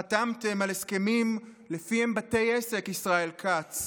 חתמתם על הסכמים שלפיהם בתי עסק, ישראל כץ,